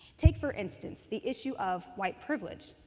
take, for instance, the issue of white privilege.